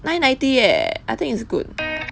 nine ninety eh I think it's good